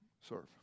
serve